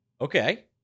Okay